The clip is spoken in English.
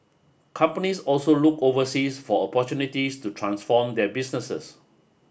companies also looked overseas for opportunities to transform their businesses